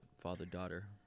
father-daughter